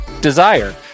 Desire